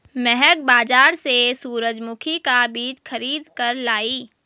महक बाजार से सूरजमुखी का बीज खरीद कर लाई